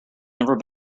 never